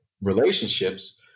relationships